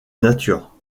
nature